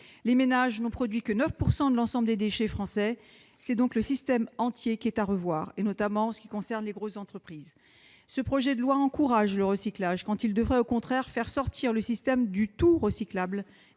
Les ménages n'ont produit que 9 % de l'ensemble des déchets français : c'est donc le système entier qui est à revoir, notamment en ce qui concerne les grosses entreprises. Ce projet de loi encourage le recyclage, quand il devrait, au contraire, faire sortir le système du tout-recyclable